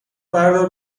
بردار